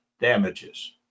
damages